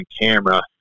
camera